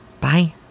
Bye